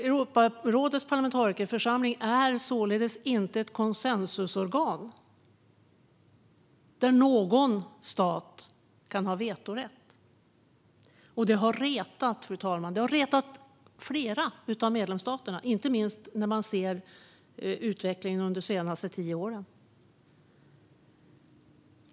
Europarådets parlamentarikerförsamling är således inte ett konsensusorgan där någon stat kan ha vetorätt. Detta har retat flera av medlemsstaterna, fru talman. Det kan man inte minst se i utvecklingen under de senaste tio åren.